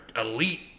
elite